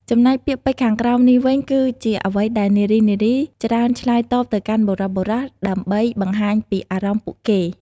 ចំណែកពាក្យពេចន៍ខាងក្រោមនេះវិញគឺជាអ្វីដែលនារីៗច្រើនឆ្លើយតបទៅកាន់បុរសៗ ដើម្បីបង្ហាញពីអារម្មណ៍ពួកគេ។